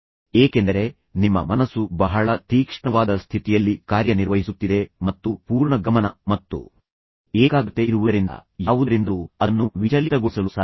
ಏಕೆಂದರೆ ನಿಮ್ಮ ಮನಸ್ಸು ಬಹಳ ತೀಕ್ಷ್ಣವಾದ ಸ್ಥಿತಿಯಲ್ಲಿ ಕಾರ್ಯನಿರ್ವಹಿಸುತ್ತಿದೆ ಮತ್ತು ಪೂರ್ಣ ಗಮನ ಮತ್ತು ಏಕಾಗ್ರತೆ ಇರುವುದರಿಂದ ಯಾವುದರಿಂದಲೂ ಅದನ್ನು ವಿಚಲಿತಗೊಳಿಸಲು ಸಾಧ್ಯವಿಲ್ಲ